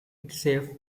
itself